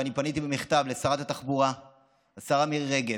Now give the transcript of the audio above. ואני פניתי במכתב לשרת התחבורה מירי רגב.